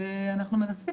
ואנחנו מנסים